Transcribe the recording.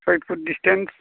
सय foot distance